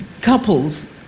couples